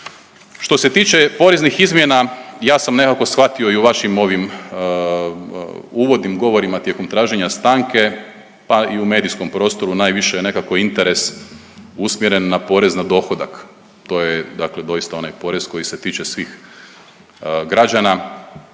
Što se tiče poreznih izmjena ja sam nekako shvatio i u vašim ovim uvodnim govorima tijekom traženja stanke pa i u medijskom prostoru najviše je nekako interes usmjeren na porez na dohodak. To je dakle doista onaj porez koji se tiče svih građana